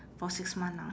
for six month ah